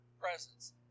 presence